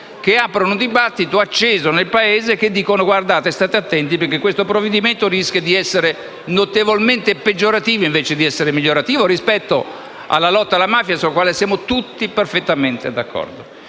che aprono un dibattito acceso nel Paese e che dicono di stare attenti, perché questo provvedimento rischia di essere notevolmente peggiorativo, invece di essere migliorativo, rispetto alla lotta alla mafia, sulla quale siamo tutti perfettamente d'accordo.